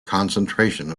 concentration